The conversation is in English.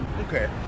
Okay